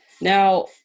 Now